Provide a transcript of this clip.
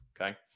Okay